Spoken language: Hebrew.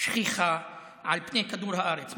שכיחה על פני כדור הארץ.